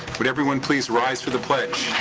would everyone please rise for the pledge?